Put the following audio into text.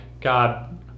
God